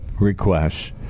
requests